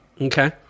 Okay